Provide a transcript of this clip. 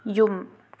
ꯌꯨꯝ